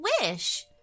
wish